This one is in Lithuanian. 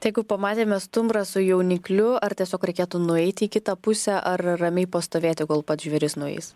tai jeigu pamatėme stumbrą su jaunikliu ar tiesiog reikėtų nueiti į kitą pusę ar ramiai pastovėti kol pats žvėris nueis